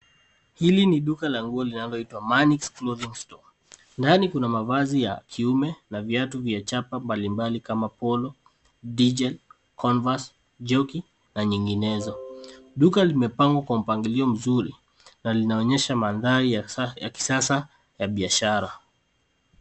Hili ni duka la nguo linaloitwa manix clothing store. Ndani kuna mavazi ya kiume na viatu vya chapa mbalimbali kama polo, digel, converse, jockey na nyinginezo. Duka limepangwa kwa mpangilio mzuri na linaonyesha mandhari ya kisasa ya biashara.